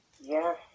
Yes